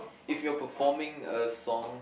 if you're performing a song